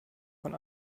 von